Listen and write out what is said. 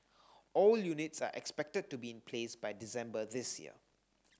all units are expected to be in place by December this year